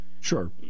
Sure